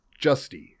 Justy